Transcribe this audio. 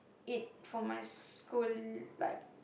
it for my school life